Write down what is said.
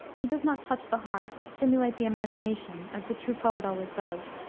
he does not touch the heart, or stimulate the imagination, as the true poet always does.